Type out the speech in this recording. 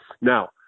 Now